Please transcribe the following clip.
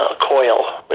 coil